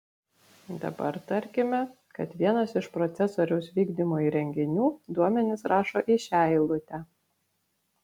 dabar tarkime kad vienas iš procesoriaus vykdymo įrenginių duomenis rašo į šią eilutę